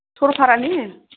सरलपारानि